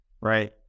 right